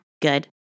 good